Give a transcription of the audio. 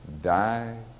Die